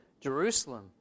Jerusalem